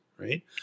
right